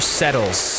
settles